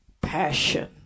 passion